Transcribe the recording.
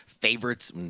favorites